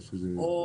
למשל,